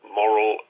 moral